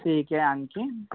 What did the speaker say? ठीक आहे आणखी